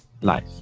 life